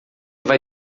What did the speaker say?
vai